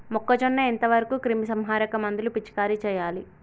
మొక్కజొన్న ఎంత వరకు క్రిమిసంహారక మందులు పిచికారీ చేయాలి?